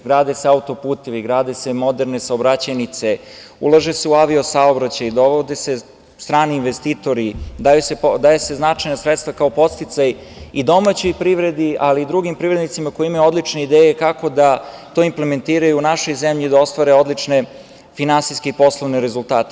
Grade se auto-putevi, grade se moderne saobraćajnice, ulaže se u avio-saobraćaj, dovode se strani investitori, daju se značajna sredstva kao podsticaj i domaćoj privredi, ali i drugim privrednicima koji imaju odlične ideje kako da to implementiraju u našoj zemlji i da ostvare odlične finansijske i poslovne rezultate.